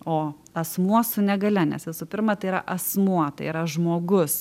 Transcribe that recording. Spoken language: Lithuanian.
o asmuo su negalia nes visų pirma tai yra asmuo tai yra žmogus